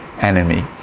enemy